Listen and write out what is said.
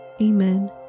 Amen